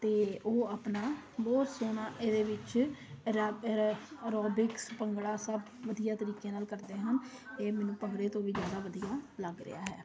ਅਤੇ ਉਹ ਆਪਣਾ ਬਹੁਤ ਸੋਹਣਾ ਇਹਦੇ ਵਿੱਚ ਰ ਅਰ ਅਰੋਬਿਕਸ ਭੰਗੜਾ ਸਭ ਵਧੀਆ ਤਰੀਕੇ ਨਾਲ ਕਰਦੇ ਹਨ ਇਹ ਮੈਨੂੰ ਭੰਗੜੇ ਤੋਂ ਵੀ ਜ਼ਿਆਦਾ ਵਧੀਆ ਲੱਗ ਰਿਹਾ ਹੈ